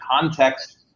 context